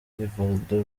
rivaldo